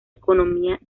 economía